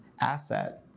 asset